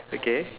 okay